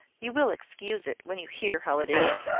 you will excuse it, when you hear how it is.